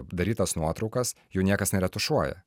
darytas nuotraukas jų niekas neretušuoja